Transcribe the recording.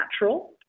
natural